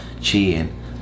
cheating